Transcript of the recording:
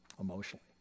emotionally